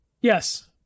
Yes